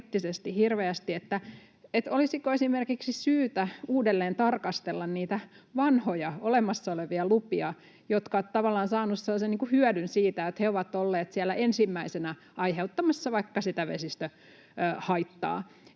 että olisiko esimerkiksi syytä uudelleen tarkastella niitä vanhoja olemassa olevia lupia, jotka ovat tavallaan saaneet sellaisen hyödyn siitä, että ne ovat olleet siellä ensimmäisenä aiheuttamassa vaikka sitä vesistöhaittaa.